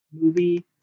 movie